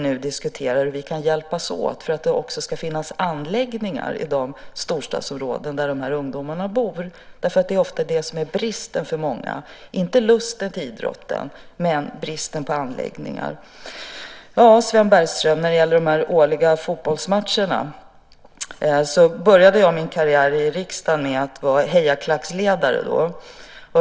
Vi diskuterar nu hur vi kan hjälpas åt för att det också ska finnas anläggningar i de storstadsområden där de här ungdomarna bor. Det är ofta där bristen finns. Det saknas inte lust till idrott, men det finns en brist på anläggningar. Sedan gällde det de årliga fotbollsmatcherna, Sven Bergström. Jag började min karriär i riksdagen med att vara hejarklacksledare.